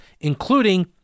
including